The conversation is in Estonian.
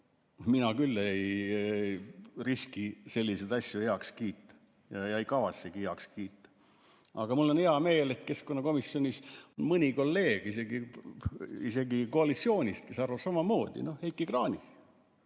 mina küll ei riski selliseid asju heaks kiita ja ei kavatsegi heaks kiita. Aga mul on hea meel, et keskkonnakomisjonis on mõni kolleeg isegi koalitsioonist, kes arvab samamoodi. Näiteks Heiki Kranich.